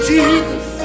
Jesus